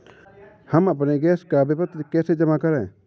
हम अपने गैस का विपत्र कैसे जमा करें?